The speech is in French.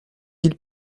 ils